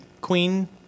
queen